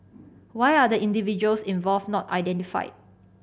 why are the individuals involved not identified